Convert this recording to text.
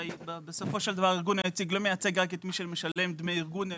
הרי בסופו של דבר הארגון היציג לא מייצג רק את מי שמשלם דמי ארגון,